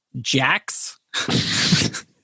jacks